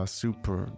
super